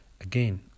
Again